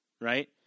right